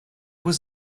was